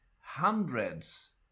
hundreds